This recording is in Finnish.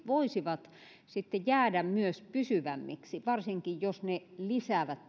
voisivat sitten jäädä myös pysyvämmiksi varsinkin jos ne lisäävät